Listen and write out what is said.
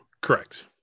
Correct